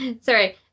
sorry